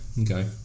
Okay